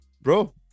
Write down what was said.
Bro